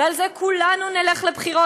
ועל זה כולנו נלך לבחירות.